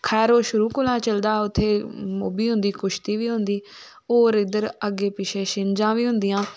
खैर ओह् शुरू कोला गै चलदा उत्थे ओह्बी होंदी कुश्ती बी होंदी होर इध्दर अग्गें पिछें शिंजां बी होंदियां